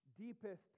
deepest